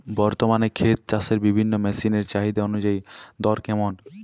বর্তমানে ক্ষেত চষার বিভিন্ন মেশিন এর চাহিদা অনুযায়ী দর কেমন?